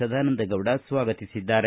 ಸದಾನಂದಗೌಡ ಸ್ವಾಗತಿಸಿದ್ದಾರೆ